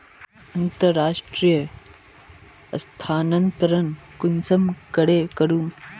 अंतर्राष्टीय स्थानंतरण कुंसम करे करूम?